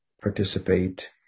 participate